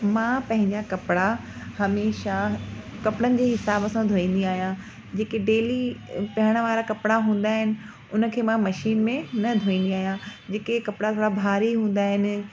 मां पंहिंजा कपिड़ा हमेशह कपिड़नि जे हिसाब सां धोईंदी आहियां जेके डेली पीअण वारा कपिड़ा हूंदा आहिनि उन खे मां मशीन में न धोईंदी आहियां जेके कपिड़ा थोरा भारी हूंदा आहिनि